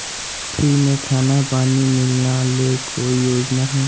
Free में खाना पानी मिलना ले कोइ योजना हय?